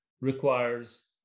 requires